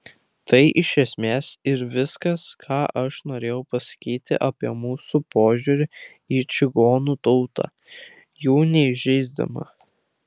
tai iš esmės ir viskas ką aš norėjau pasakyti apie mūsų požiūrį į čigonų tautą jų neįžeisdama